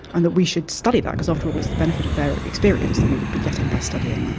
and that we should study that, because after all it's the benefit of their experience that we would be getting by studying that.